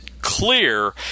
Clear